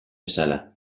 bezala